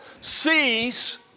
cease